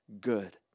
good